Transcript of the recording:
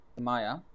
Maya